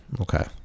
okay